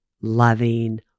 loving